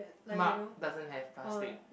Mark doesn't have plastic